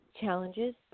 challenges